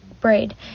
braid